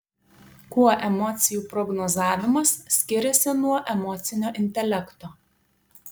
kuo emocijų prognozavimas skiriasi nuo emocinio intelekto